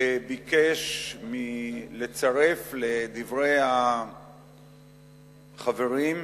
שביקש לצרף לדברי החברים,